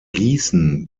gießen